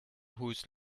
whose